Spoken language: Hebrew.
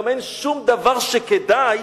גם אין שום דבר שכדאי